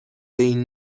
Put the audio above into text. این